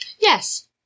yes